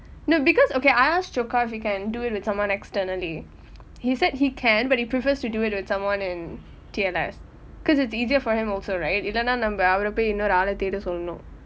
no because okay I asked choka if he can do it with someone externally he said he can but he prefers to do it with someone in T_L_S because it's easier for him also right இல்லைன்னா நம்ம அவரை போய் இன்னொரு ஆளு தேட சொல்லணும்:illannaa namma poi innoru aalu theda sollanum